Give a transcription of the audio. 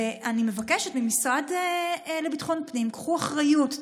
ואני מבקשת מהמשרד לביטחון פנים: קחו אחריות,